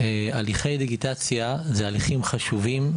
הליכי דיגיטציה הם הליכים חשובים,